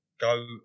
Go